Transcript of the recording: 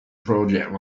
project